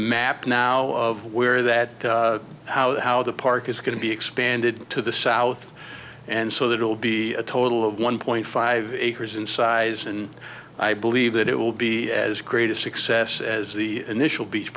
map now of where that how how the park is going to be expanded to the south and so there will be a total of one point five acres in size and i believe that it will be as great a success as the initial beach